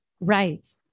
Right